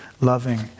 loving